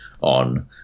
on